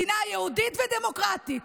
מדינה יהודית ודמוקרטית.